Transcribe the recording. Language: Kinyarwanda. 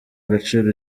gaciro